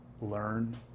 learn